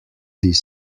this